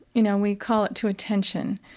you know, and we call it to attention.